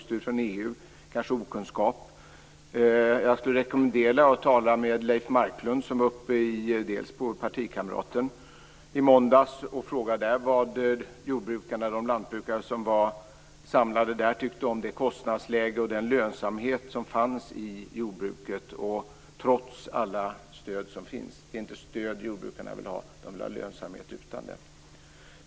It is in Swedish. Kanske handlade det om okunskap. Jag skulle rekommendera statsrådet att tala med Leif Marklund, partikamraten. Han var uppe i Delsbo i måndags och frågade vad de lantbrukare som var samlade där tyckte om kostnadsläget och lönsamheten i jordbruket. Trots alla stöd som finns säger jordbrukarna att det inte är stöd de vill ha, utan de vill ha lönsamhet utan stöd.